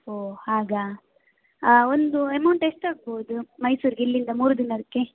ಓ ಹಾಗಾ ಒಂದು ಎಮೌಂಟ್ ಎಷ್ಟು ಆಗ್ಬೋದು ಮೈಸೂರಿಗೆ ಇಲ್ಲಿಂದ ಮೂರು ದಿನಕ್ಕೆ